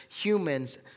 humans